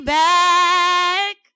back